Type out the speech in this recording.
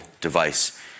device